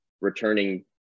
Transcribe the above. returning